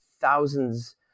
thousands